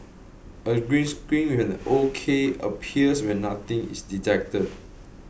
a green screen with an O K appears when nothing is detected